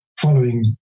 following